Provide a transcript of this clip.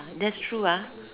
that's true ah